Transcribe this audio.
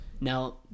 Now